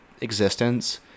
existence